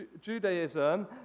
Judaism